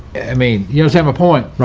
i mean, you don't have a point, right?